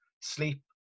sleep